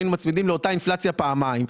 היינו מצמידים לאותה אינפלציה פעמיים.